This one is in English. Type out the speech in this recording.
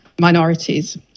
minorities